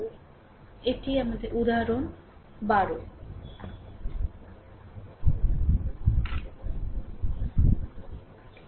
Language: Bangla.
সুতরাং এটি r উদাহরণ 12